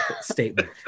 statement